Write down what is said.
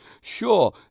sure